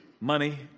money